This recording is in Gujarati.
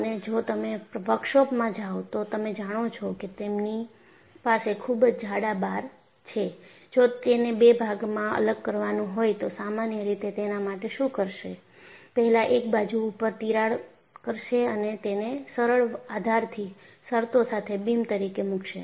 અને જો તમે વર્કશોપમાં જાઓ તો તમે જાણો છો કે તેમની પાસે ખૂબ જ જાડા બાર છે જો તેને બે ભાગમાં અલગ કરવાનું હોય તો સામાન્ય રીતે તેના માટે શું કરશે પહેલા એક બાજુ ઉપર તિરાડ કરશે અને તેને સરળ આધારથી શરતો સાથે બીમ તરીકે મૂકશે